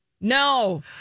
No